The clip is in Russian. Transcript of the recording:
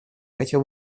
хотел